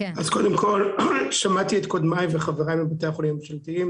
שמעתי את קודמיי וחבריי מבתי החולים הממשלתיים